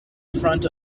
front